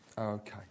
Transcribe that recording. Okay